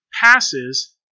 passes